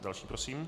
Další prosím.